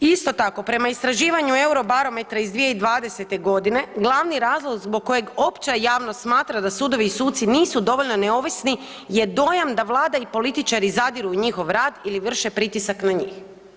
Isto tako prema istraživanju Eurobarometra iz 2020.g. glavni razlog zbog kojeg opća javnost smatra da sudovi i suci nisu dovoljno neovisni je dojam da Vlada i političari zadiru u njihov rad ili vrše pritisak na njih.